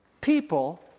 people